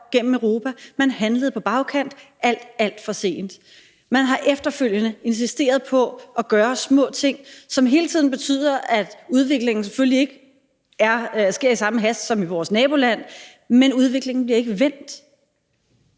gennem Europa. Man handlede på bagkant og alt, alt for sent. Man har efterfølgende insisteret på at gøre små ting, som selvfølgelig hele tiden betyder, at udviklingen ikke sker i samme hast som i vores naboland, men udviklingen bliver ikke vendt.